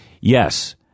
Yes